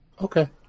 Okay